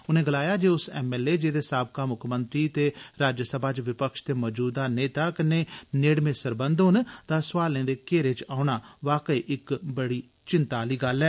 उनें गलाया जे इस एमएलए जेह्दे साबका मुक्खमंत्री ते राज्यसभा च विपक्ष दे मजूदा नेता कन्ने नेड़में सरबंघ होन दा सुआलें दे घरें च औना वाकई बड़ी चिंता आली गल्ल ऐ